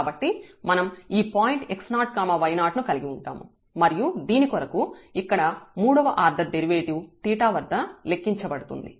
కాబట్టి మనం ఈ పాయింట్ x0 y0 ను కలిగి ఉంటాము మరియు దీని కొరకు ఇక్కడ మూడవ ఆర్డర్ డెరివేటివ్ 𝜃 వద్ద లెక్కించబడుతుంది